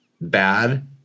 bad